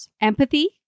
Empathy